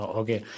okay